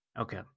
Okay